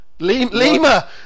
Lima